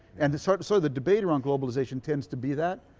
and sort of so the debate around globalization tends to be that.